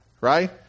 right